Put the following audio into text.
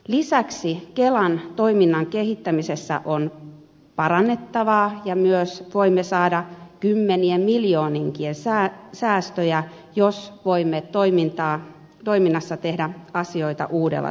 lisäksi kelan toiminnan kehittämisessä on parannettavaa ja myös voimme saada kymmenien miljoonienkin säästöjä jos voimme toiminnassa tehdä asioita uudella tavalla